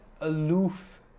aloof